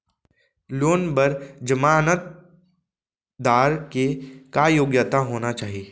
Loan बर जमानतदार के का योग्यता होना चाही?